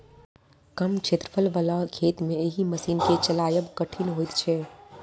कम क्षेत्रफल बला खेत मे एहि मशीन के चलायब कठिन होइत छै